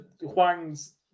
Huang's